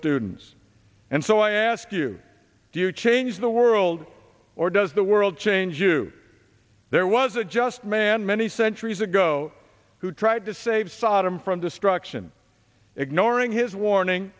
students and so i ask you do you change the world or does the world change you there was a just man many centuries ago who tried to save saddam from destruction ignoring his warning